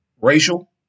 racial